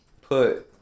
put